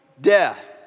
death